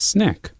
Snack